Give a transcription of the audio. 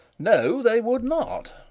no they would not.